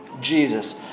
Jesus